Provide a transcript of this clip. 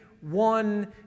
one